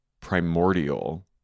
primordial